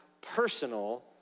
personal